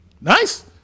nice